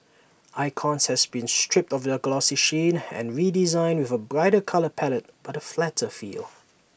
icons has been stripped of their glossy sheen and redesigned with A brighter colour palette but flatter feel